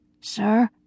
Sir